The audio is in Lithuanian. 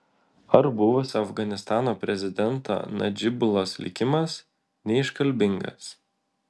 ar buvusio afganistano prezidento nadžibulos likimas neiškalbingas